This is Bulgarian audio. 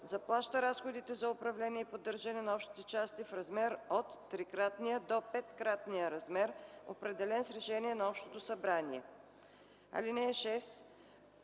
заплаща разходите за управление и поддържане на общите части в размер от трикратния до петкратния размер, определен с решение на общото събрание. (6)